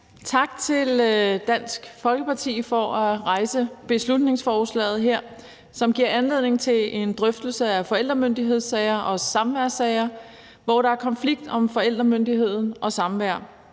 Tak til Dansk Folkeparti for at rejse beslutningsforslaget her, som giver anledning til en drøftelse af forældremyndighedssager og samværssager, hvor der er konflikt om forældremyndighed og samvær,